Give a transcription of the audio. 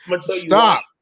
stop